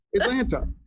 Atlanta